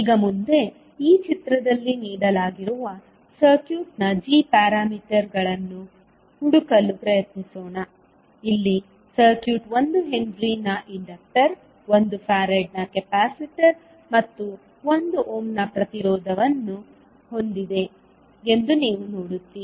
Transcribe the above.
ಈಗ ಮುಂದೆ ಈ ಚಿತ್ರದಲ್ಲಿ ನೀಡಲಾಗಿರುವ ಸರ್ಕ್ಯೂಟ್ನ ಜಿ ಪ್ಯಾರಾಮೀಟರ್ಗಳನ್ನು ಹುಡುಕಲು ಪ್ರಯತ್ನಿಸೋಣ ಇಲ್ಲಿ ಸರ್ಕ್ಯೂಟ್ 1 ಹೆನ್ರಿನ ಇಂಡಕ್ಟರ್ 1 ಫರದ್ನ ಕೆಪಾಸಿಟರ್ ಮತ್ತು 1 ಓಮ್ನ ಪ್ರತಿರೋಧಅನ್ನು ಹೊಂದಿದೆ ಎಂದು ನೀವು ನೋಡುತ್ತೀರಿ